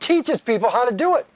teaches people how to do it